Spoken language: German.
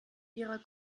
ihrer